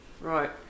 Right